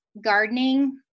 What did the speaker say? gardening